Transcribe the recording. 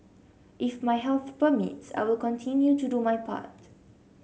if my health permits I will continue to do my part